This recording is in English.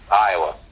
Iowa